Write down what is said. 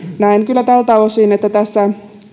näen kyllä tältä osin että tässä